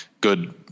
good